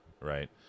right